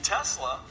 Tesla